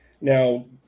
now